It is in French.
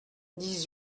dix